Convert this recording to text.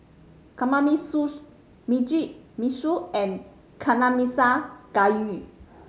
Kamameshi Mugi Meshi and Nanakusa Gayu